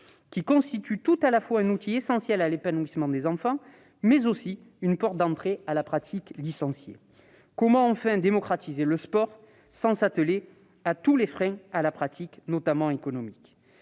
qui constitue un outil essentiel à l'épanouissement des enfants comme une porte d'entrée à la pratique licenciée ? Comment, enfin, démocratiser le sport sans s'atteler à tous les freins à la pratique, notamment économiques ?